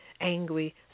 angry